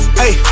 hey